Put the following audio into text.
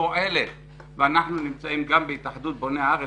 פועלת ואנחנו עובדים גם עם התאחדות בוני הארץ